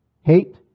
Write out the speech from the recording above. hate